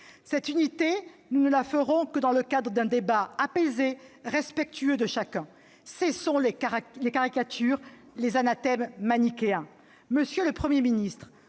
Cette unité, nous ne la ferons que dans le cadre d'un débat apaisé, respectueux de chacun. Cessons les caricatures, les anathèmes manichéens.